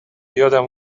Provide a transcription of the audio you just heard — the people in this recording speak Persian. یادم